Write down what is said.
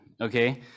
okay